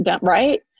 Right